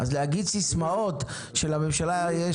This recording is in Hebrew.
אז להגיד סיסמאות שלממשלה יש